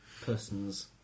persons